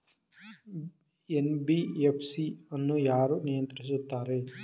NBFC ಅನ್ನು ಯಾರು ನಿಯಂತ್ರಿಸುತ್ತಾರೆ?